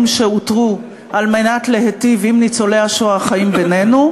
שאותרו על מנת להיטיב עם ניצולי השואה החיים בינינו,